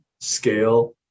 scale